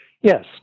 Yes